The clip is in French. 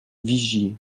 vigier